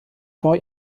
vor